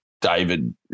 David